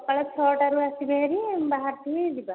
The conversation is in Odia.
ସକାଳ ଛଅଟାରୁ ଆସିବେ ଭାରି ବାହାରିଥିବି ଯିବା